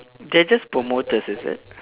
they are just promoters is it